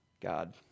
God